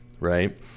right